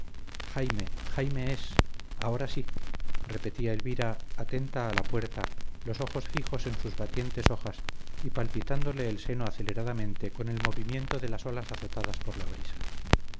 jaime jaime es ahora sí repetía elvira atenta a la puerta los ojos fijos en sus batientes hojas y palpitándole el seno aceleradamente con el movimiento de las olas azotadas por la brisa